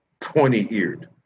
pointy-eared